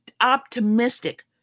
optimistic